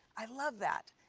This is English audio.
i love that.